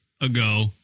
ago